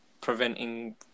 preventing